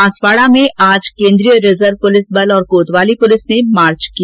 बांसवाड़ा में आज केन्द्रीय रिजर्व पुलिस बल और कोतवाली पुलिस ने मार्च किया